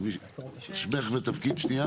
שנייה,